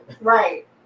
right